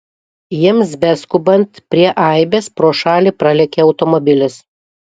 jiems beskubant prie aibės pro šalį pralėkė automobilis